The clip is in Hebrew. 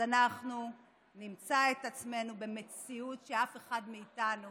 אז אנחנו נמצא את עצמנו במציאות שאף אחד מאיתנו